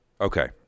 Okay